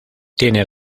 tiene